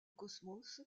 cosmos